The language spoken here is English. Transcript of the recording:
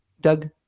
Doug